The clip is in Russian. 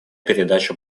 передача